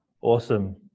Awesome